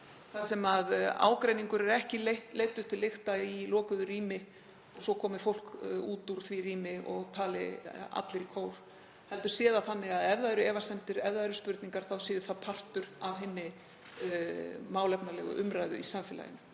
þar sem ágreiningur er ekki leiddur til lykta í lokuðu rými, svo komi fólk út úr því rými og allir tali í kór heldur sé það þannig að ef það eru efasemdir, ef það eru spurningar, sé það partur af hinni málefnalegu umræðu í samfélaginu.